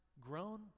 grown